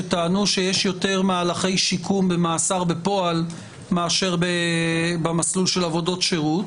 שטענו שיש יותר מהלכי שיקום במאסר בפועל מאשר במסלול של עבודות שירות,